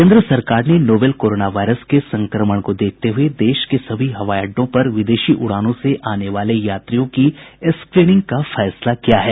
केन्द्र सरकार ने नोवेल कोरोना वायरस के संक्रमण को देखते हुए देश के सभी हवाई अड्डों पर विदेशी उड़ानों से आने वाले यात्रियों की स्क्रीनिंग का फैसला किया है